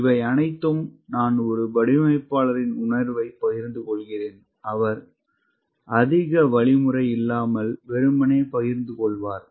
இவை அனைத்தும் நான் ஒரு வடிவமைப்பாளரின் உணர்வைப் பகிர்ந்து கொள்கிறேன் அவர் அதிக வழிமுறை இல்லாமல் வெறுமனே பகிர்ந்து கொள்வார்